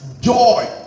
joy